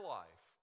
life